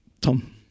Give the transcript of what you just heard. Tom